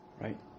right